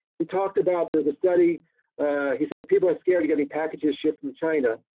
he talked about, there's a study he says people are scared to get any packages shipped from china.